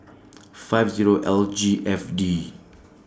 five Zero L G F D